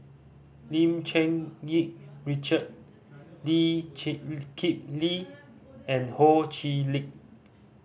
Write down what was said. Lim Cherng Yih Richard Lee Chee Kip Lee and Ho Chee Lick